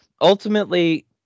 ultimately